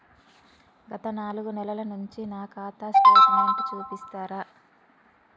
గత నాలుగు నెలల నుంచి నా ఖాతా స్టేట్మెంట్ చూపిస్తరా?